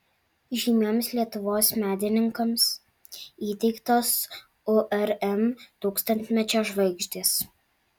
žymiems lietuvos menininkams įteiktos urm tūkstantmečio žvaigždės